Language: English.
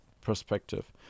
perspective